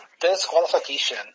Disqualification